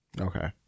Okay